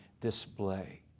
display